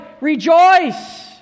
rejoice